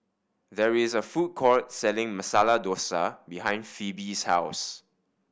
there is a food court selling Masala Dosa behind Phoebe's house